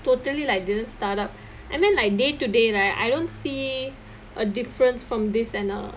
totally like didn't start up and then like day to day right I don't see a difference from this and a